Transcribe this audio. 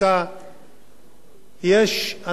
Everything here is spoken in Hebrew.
יש אנשים שהם רוצים להביא,